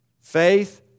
Faith